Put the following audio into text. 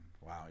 Wow